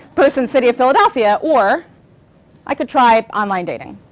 person city of philadelphia, or i could try online dating.